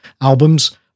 albums